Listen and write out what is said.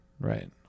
Right